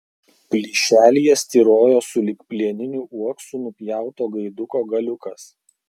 plyšelyje styrojo sulig plieniniu uoksu nupjauto gaiduko galiukas